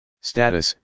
Status